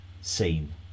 seen